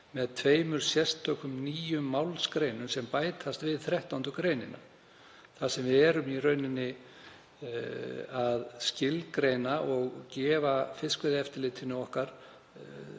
með tveimur sérstökum nýjum málsgreinum sem bætast við 13. gr. þar sem við erum í rauninni að skilgreina og gefa fiskveiðieftirlitinu mun